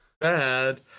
bad